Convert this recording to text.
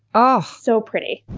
ah so pretty.